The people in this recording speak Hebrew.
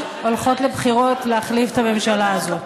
אבל הולכות לבחירות להחליף את הממשלה הזאת.